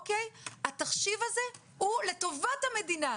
התחשיב הזה הוא לטובת המדינה,